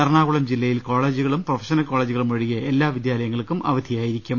എറണാകുളം ജില്ലയിൽ കോളേജുകളും പ്രൊഫഷണൽ കോളേ ജുകളും ഒഴികെ എല്ലാ വിദ്യാലയങ്ങൾക്കും അവധി യായിരിക്കും